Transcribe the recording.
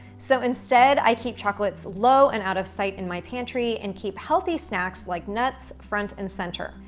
so instead, i keep chocolates low and out of sight in my pantry and keep healthy snacks like nuts front and center.